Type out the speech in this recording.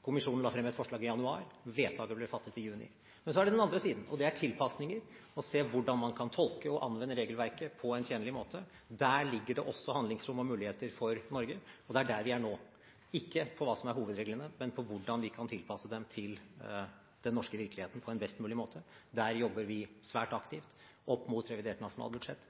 Kommisjonen la frem et forslag i januar, vedtaket ble fattet i juni. Men så er det den andre siden, og det er tilpasninger: å se hvordan man kan tolke og anvende regelverket på en tjenlig måte. Der ligger det også handlingsrom og muligheter for Norge, og det er der vi er nå – ikke på hva som er hovedreglene, men hvordan vi kan tilpasse dem til den norske virkeligheten på en best mulig måte. Der jobber vi svært aktivt opp mot revidert nasjonalbudsjett.